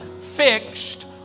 fixed